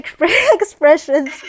expressions